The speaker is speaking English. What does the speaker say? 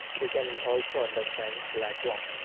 you can also understand lat long.